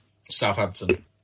Southampton